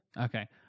okay